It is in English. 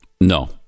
No